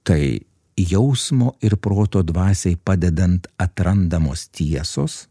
tai jausmo ir proto dvasiai padedant atrandamos tiesos